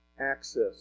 access